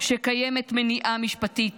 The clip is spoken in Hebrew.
שקיימת מניעה משפטית